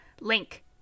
link